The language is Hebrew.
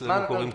אצלנו זה קורס.